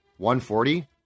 140